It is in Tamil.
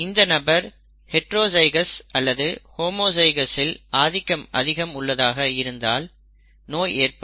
இந்த நபர் ஹைட்ரோஜைகோஸ் அல்லது ஹோமோஜைகௌஸ் இல் ஆதிக்கம் அதிகம் உள்ளதாக இருந்தால் நோய் ஏற்படும்